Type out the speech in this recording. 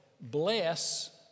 bless